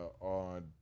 on